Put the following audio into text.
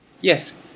Yes